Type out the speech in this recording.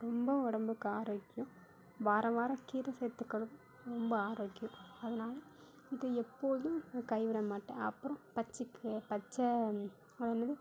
ரொம்ப உடம்புக்கு ஆரோக்கியம் வாரம் வாரம் கீரை சேர்த்துக்கறதும் ரொம்ப ஆரோக்கியம் அதனால இதை எப்போதும் நான் கைவிட மாட்டேன் அப்புறம் பச்சை கீரை பச்சை அது என்னது